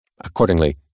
Accordingly